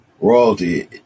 Royalty